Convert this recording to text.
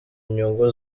nyungu